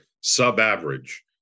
sub-average